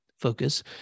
focus